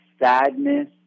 Sadness